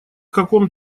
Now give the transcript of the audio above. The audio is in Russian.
каком